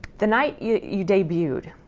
the night you you debuted,